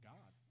God